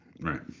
right